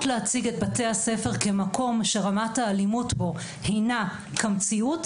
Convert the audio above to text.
להציג את בתי-הספר כמקום שרמת האלימות בו הינה כמציאות,